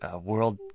world